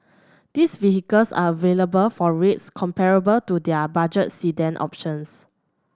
these vehicles are available for rates comparable to their budget sedan options